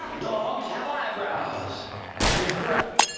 dog eyebrows that is correct.